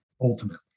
ultimately